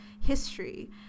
history